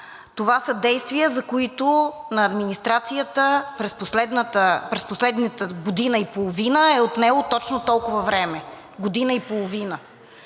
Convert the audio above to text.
Това са действия, за които на администрацията през последната година и половина е отнело точно толкова време – година и половина.